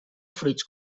fruits